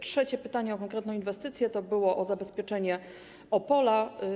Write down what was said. Trzecie pytanie o konkretną inwestycję dotyczyło zabezpieczenia Opola.